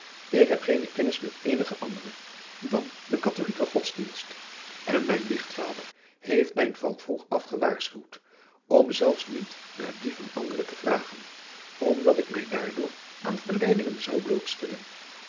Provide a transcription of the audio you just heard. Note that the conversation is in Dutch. ik heb geene kennis aan eenigen anderen dan den katholijken godsdienst en mijn biechtvader heeft mij van vroeg af gewaarfchuwd om zelfs niet naar die van anderen te vragen omdat ik mij daardoor aan verleidingen zou